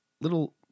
Little